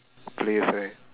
players right